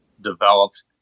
developed